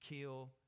kill